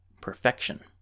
Perfection